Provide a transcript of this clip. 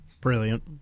Brilliant